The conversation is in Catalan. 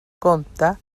compte